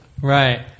Right